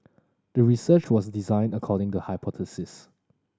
the research was designed according the hypothesis